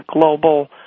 global